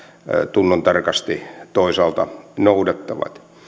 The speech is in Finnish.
tunnontarkasti toisaalta noudattavat